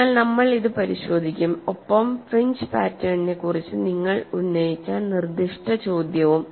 അതിനാൽ നമ്മൾ അത് പരിശോധിക്കും ഒപ്പം ഫ്രിഞ്ച് പാറ്റേണിനെക്കുറിച്ച് നിങ്ങൾ ഉന്നയിച്ച നിർദ്ദിഷ്ട ചോദ്യവും